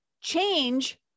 Change